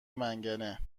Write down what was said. منگنه